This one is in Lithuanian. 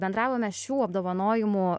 bendravome šių apdovanojimų